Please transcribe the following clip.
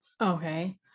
Okay